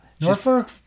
Norfolk